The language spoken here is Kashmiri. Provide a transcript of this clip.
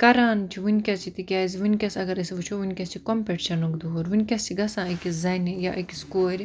کَران چھِ وُنکیٚس چھِ تِکیٛازِ وُنکیٚس اَگَر أسۍ وُچھو وُِنکیٚس چھُ کَمپِٹشَنُک دور وُنکیٚس چھِ گَژھان أکِس زَنہِ یا أکِس کورِ